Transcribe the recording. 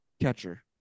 Catcher